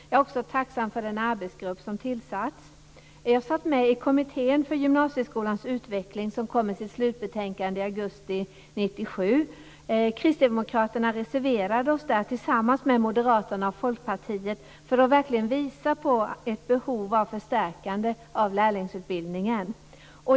Jag är också tacksam för den arbetsgrupp som tillsatts. Jag satt med i kommittén för gymnasieskolans utveckling som kom med sitt slutbetänkande i augusti 1997. Vi kristdemokrater reserverade oss där tillsammans med Moderaterna och Folkpartiet för att verkligen visa på ett behov av förstärkande av lärlingsutbildningen.